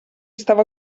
stava